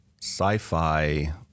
sci-fi